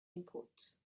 inputs